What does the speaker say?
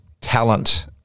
talent